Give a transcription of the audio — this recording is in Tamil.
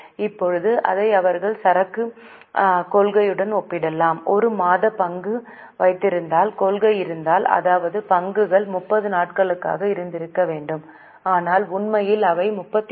இப்போது அதை அவர்களின் சரக்குக் கொள்கையுடன் ஒப்பிடலாம் ஒரு மாத பங்கு வைத்திருந்தால் கொள்கை இருந்தால் அதாவது பங்குகள் 30 நாட்களாக இருந்திருக்க வேண்டும் ஆனால் உண்மையில் அவை 36